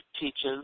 teaches